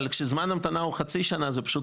אבל כשזמן ההמתנה הוא חצי שנה זה פשוט